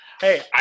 Hey